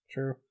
True